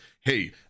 hey